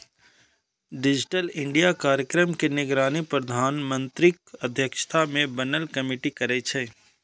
digital India कार्यक्रम के निगरानी प्रधानमंत्रीक अध्यक्षता मे बनल कमेटी करै छै